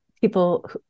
people